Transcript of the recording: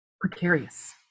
precarious